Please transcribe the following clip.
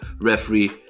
referee